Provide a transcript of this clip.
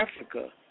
Africa